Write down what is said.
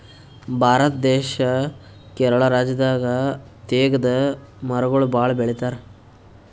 ಭಾರತ ದೇಶ್ ಕೇರಳ ರಾಜ್ಯದಾಗ್ ತೇಗದ್ ಮರಗೊಳ್ ಭಾಳ್ ಬೆಳಿತಾರ್